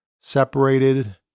separated